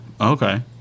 okay